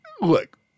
look